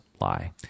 lie